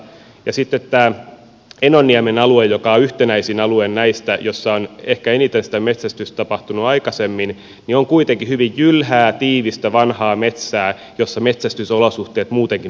sitten tämä enonniemen alue joka on yhtenäisin alue näistä jossa on ehkä eniten sitä metsästystä tapahtunut aikaisemmin on kuitenkin hyvin jylhää tiivistä vanhaa metsää jossa metsästysolosuhteet muutenkin ovat aika rajattuja